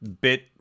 bit